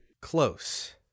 Close